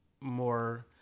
more